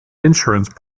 insurance